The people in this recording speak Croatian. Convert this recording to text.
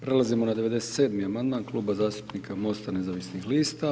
Prelazimo na 97. amandman Kluba zastupnika MOST-a nezavisnih lista.